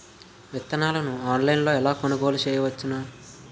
విత్తనాలను ఆన్లైన్లో ఎలా కొనుగోలు చేయవచ్చున?